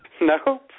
No